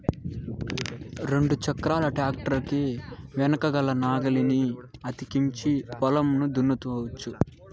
రెండు చక్రాల ట్రాక్టర్ కి వెనకల నాగలిని అతికించి పొలంను దున్నుకోవచ్చు